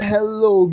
Hello